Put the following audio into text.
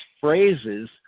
phrases